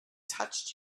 touched